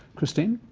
christine?